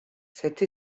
cette